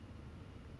you know